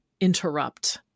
interrupt